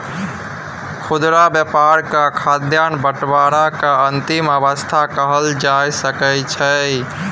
खुदरा व्यापार के खाद्यान्न बंटवारा के अंतिम अवस्था कहल जा सकइ छइ